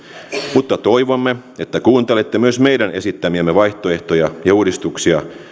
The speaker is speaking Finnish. mutta toivomme että kuuntelette myös meidän esittämiämme vaihtoehtoja ja uudistuksia